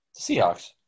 Seahawks